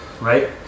right